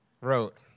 wrote